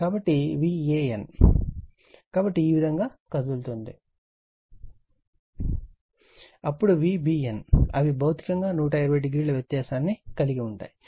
కాబట్టి Van కాబట్టి ఈ విధంగా కదులుతున్నది అప్పుడు Vbn అవి భౌతికంగా 120 o వ్యత్యాసాన్ని కలిగి ఉన్నాయి